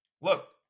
Look